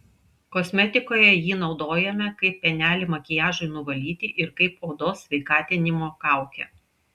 kosmetikoje jį naudojame kaip pienelį makiažui nuvalyti ir kaip odos sveikatinimo kaukę